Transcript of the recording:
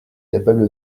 capable